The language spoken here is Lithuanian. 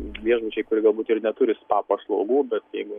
viešbučiai kurie galbūt ir neturi spa paslaugų bet jeigu